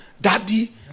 daddy